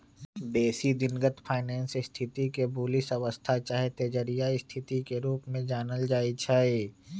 बेशी दिनगत फाइनेंस स्थिति के बुलिश अवस्था चाहे तेजड़िया स्थिति के रूप में जानल जाइ छइ